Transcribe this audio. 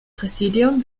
präsidium